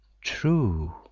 true